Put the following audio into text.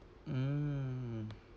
mm